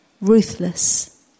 ruthless